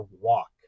walk